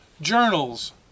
journals